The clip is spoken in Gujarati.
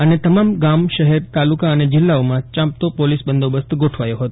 અને તમામ ગામ શહેર તાલુકા અને જીલ્લાઓમાં ચાંપતો પોલીસ બંદોબસ્ત ગોઠવાયો હતો